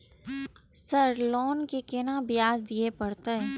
Sir loan के केना ब्याज दीये परतें?